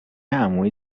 عمویی